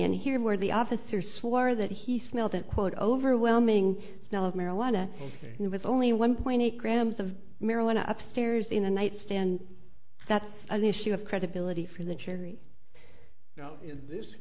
and here where the officer swore that he smelled that quote overwhelming smell of marijuana ok it was only one point eight grams of marijuana upstairs in a nightstand that's an issue of credibility for the cherry now in this